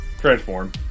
Transform